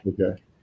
okay